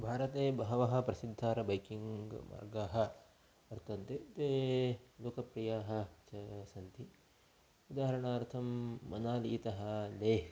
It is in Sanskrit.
भारते बहवः प्रसिद्धाः बैकिङ्ग् मार्गाः वर्तन्ते ते लोकप्रियाः च सन्ति उदाहरणार्थं मनालीतः लेह्